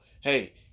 hey